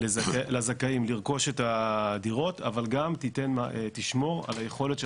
לזכאים לרכוש את הדירות אבל גם תשמור על היכולת של